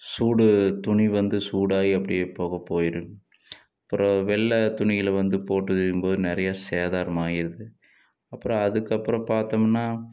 சூடு துணி வந்து சூடாகி அப்படியே புகை போய்விடும் அப்புறம் வெள்ளை துணியில் வந்து போட்டு செய்யும்போது நிறைய சேதாரம் ஆகிருது அப்புறம் அதுக்கப்புறம் பார்த்தோம்னா